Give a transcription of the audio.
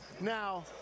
now